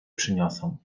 przyniosą